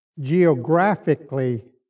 geographically